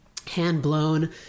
hand-blown